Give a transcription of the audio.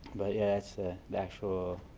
but yeah it's ah the actual,